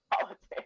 politics